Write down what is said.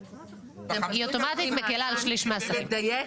תו סגול, רצו לקחת אלפי שקלים עד שהקמנו אפליקציה.